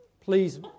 please